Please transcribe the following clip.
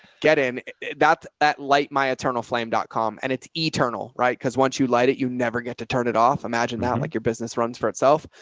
get in that that light, my eternal flame dot com and it's eternal. right? cause once you light it, you never get to turn it off. imagine that like your business runs for itself.